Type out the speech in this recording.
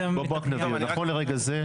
אבל נכון לרגע זה,